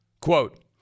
quote